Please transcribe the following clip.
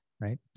right